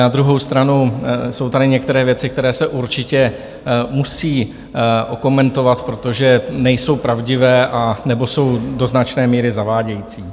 Na druhou stranu jsou tady některé věci, které se určitě musí okomentovat, protože nejsou pravdivé, anebo jsou do značné míry zavádějící.